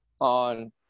on